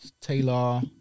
Taylor